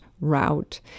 route